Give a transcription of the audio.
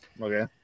Okay